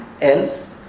else